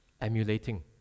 emulating